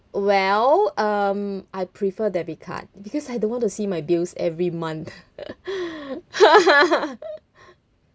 well um I prefer debit card because I don't want to see my bills every month